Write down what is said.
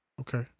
Okay